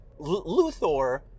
Luthor